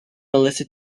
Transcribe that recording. melissa